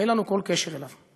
ואין לנו כל קשר אליו.